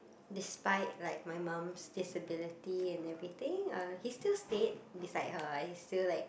despite like my moms disability and everything uh he still stayed beside her and he still like